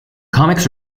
comics